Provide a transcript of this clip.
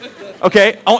Okay